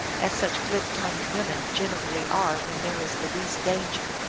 as such glib-tongued women generally are when there is the least danger.